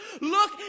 look